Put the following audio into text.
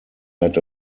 had